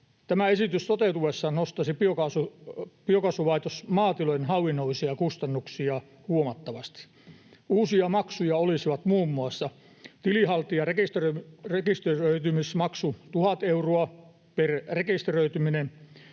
tämä esitys nostaisi biokaasulaitosmaatilojen hallinnollisia kustannuksia huomattavasti. Uusia maksuja olisivat muun muassa tilinhaltijarekisteröitymismaksu 1 000 euroa per rekisteröityminen,